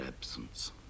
absence